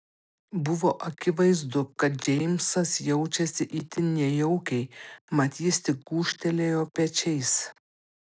buvo akivaizdu kad džeimsas jaučiasi itin nejaukiai mat jis tik gūžtelėjo pečiais